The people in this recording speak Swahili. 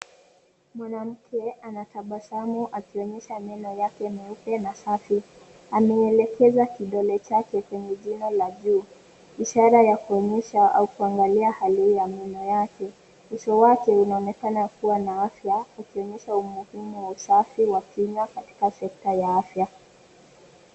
Mwanamke anatabasamu akionyesha meno yake meupe na safi. Ameelekeza kidole chake kwenye jino la juu ishara ya kuonyesha au kuangalia hali ya meno yake. Uso wake unaonekana kuwa na afya akionyesha umuhimu wa usafi wa kinywa katika sekta ya afya.